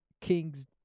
King's